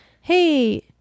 Hey